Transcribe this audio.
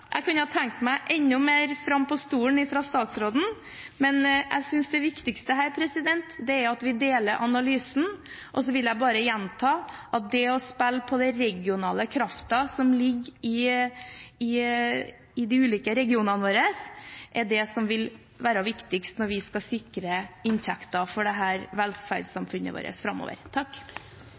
Jeg kunne tenkt meg at statsråden var enda mer frampå, men jeg synes det viktigste her er at vi deler analysen. Så vil jeg bare gjenta at det å spille på den regionale kraften som ligger i de ulike regionene våre, er det som vil være viktigst når vi skal sikre inntekten for velferdssamfunnet vårt framover. Tusen takk